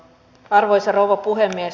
arvoisa rouva puhemies